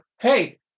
hey